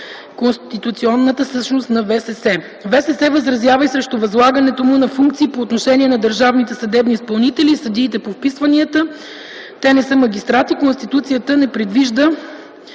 конституционната същност на ВСС; - ВСС възразява и срещу възлагането му на функции по отношение на държавните съдебни изпълнители и съдиите по вписванията. Те не са магистрати, Конституцията не предвижда